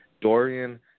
Dorian